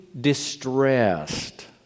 distressed